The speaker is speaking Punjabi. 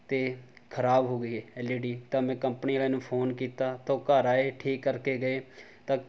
ਅਤੇ ਖਰਾਬ ਹੋ ਗਈ ਇਹ ਐੱਲ ਈ ਡੀ ਤਾਂ ਮੈਂ ਕੰਪਨੀ ਵਾਲਿਆਂ ਨੂੰ ਫੋਨ ਕੀਤਾ ਤਾਂ ਉਹ ਘਰ ਆਏ ਠੀਕ ਕਰਕੇ ਗਏ ਤਾਂ